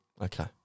Okay